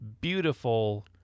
beautiful